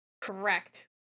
Correct